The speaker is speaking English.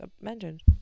mentioned